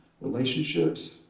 relationships